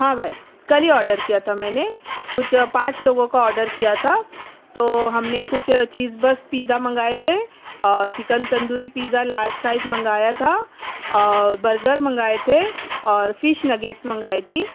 ہاں بھائی کل ہی آڈر کیا تھا میں نے کچھ پانچ لوگوں کا آڈر کیا تھا تو ہم نے کچھ چیز بس پزا منگائے تھے اور chicken tandoori pizza large size منگایا تھا اور برگر منگائے تھے اور فش نگیٹس منگائی تھی